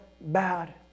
bad